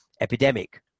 epidemic